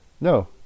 no